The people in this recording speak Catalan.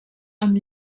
amb